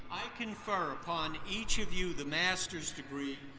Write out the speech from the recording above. i confer upon each of you the master's degree,